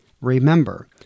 Remember